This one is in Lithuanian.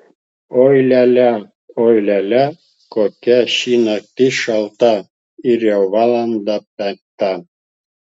oi lia lia oi lia lia kokia ši naktis šalta ir jau valanda penkta